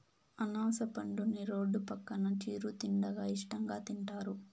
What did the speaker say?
అనాస పండుని రోడ్డు పక్కన చిరు తిండిగా ఇష్టంగా తింటారు